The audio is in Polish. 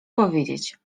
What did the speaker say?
powiedzieć